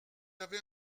avez